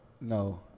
No